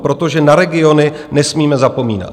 Protože na regiony nesmíme zapomínat.